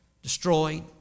destroyed